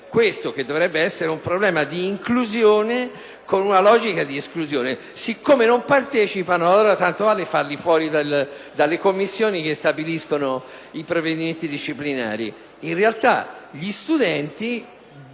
questo, che dovrebbe essere un problema di inclusione, con una logica di esclusione. Siccome non partecipano tanto vale farli fuori dalle commissioni che stabiliscono i provvedimenti disciplinari.